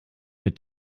mit